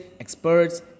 experts